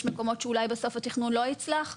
יש מקומות שאולי בסוף התכנון לא יצלח,